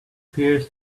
pears